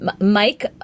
Mike